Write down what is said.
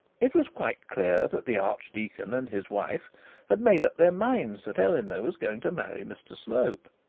it was quite clear that the archdeacon and his wife had made up their minds that eleanor was going to marry mr slope.